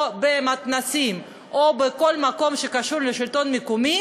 במתנ"סים או בכל מקום שקשור לשלטון מקומי,